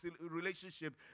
relationship